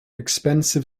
expensive